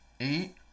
eight